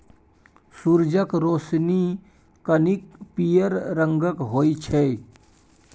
सुरजक रोशनी कनिक पीयर रंगक होइ छै